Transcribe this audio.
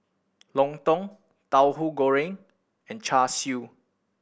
lontong Tauhu Goreng and Char Siu